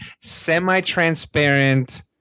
semi-transparent